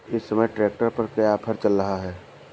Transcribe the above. इस समय ट्रैक्टर पर क्या ऑफर चल रहा है?